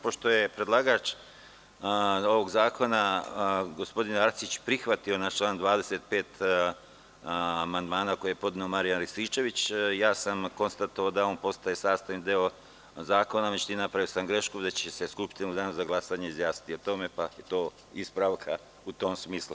Pošto je predlagač ovog zakona gospodin Arsić prihvatio na član 25. amandman koji je podneo Marijan Rističević, ja sam konstatovao da on postaje sastavni deo zakona, međutim, napravio sam grešku gde će se Skupština u danu za glasanje izjasniti o tome, pa je to ispravka u tom smislu.